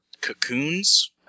cocoons